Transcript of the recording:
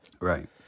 Right